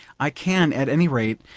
i can, at any rate,